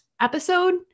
episode